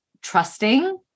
trusting